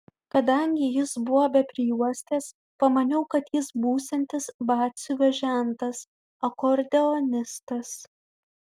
kadangi jis buvo be prijuostės pamaniau kad jis būsiantis batsiuvio žentas akordeonistas